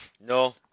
No